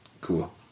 cool